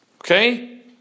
Okay